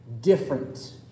different